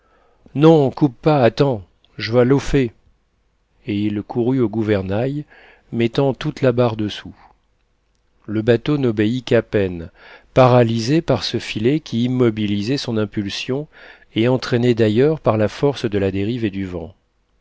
non coupe pas attends je vas lofer et il courut au gouvernail mettant toute la barre dessous le bateau n'obéit qu'à peine paralysé par ce filet qui immobilisait son impulsion et entraîné d'ailleurs par la force de la dérive et du vent